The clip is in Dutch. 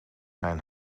mijn